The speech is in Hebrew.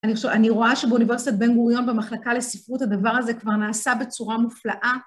אני רואה שבאוניברסיטת בן גוריון במחלקה לספרות הדבר הזה כבר נעשה בצורה מופלאה.